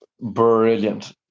brilliant